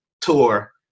tour